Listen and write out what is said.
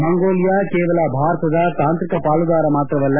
Mongolia ಕೇವಲ ಭಾರತದ ತಾಂತ್ರಿಕ ಪಾಲುದಾರ ಮಾತ್ರವಲ್ಲ